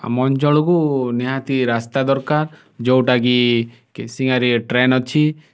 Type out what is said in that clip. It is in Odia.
ଆମ ଅଞ୍ଚଳକୁ ନିହାତି ରାସ୍ତା ଦରକାର ଯେଉଁଟା କି କିସିଙ୍ଗାରେ ଟ୍ରେନ ଅଛି